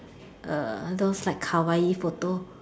uh those like Hawaii photo